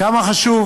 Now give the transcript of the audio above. כמה חשוב,